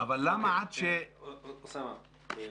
אבל למה עד ש --- אוסאמה, ברשותך,